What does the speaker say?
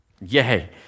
Yay